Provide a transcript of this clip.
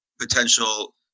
potential